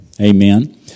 Amen